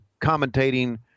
commentating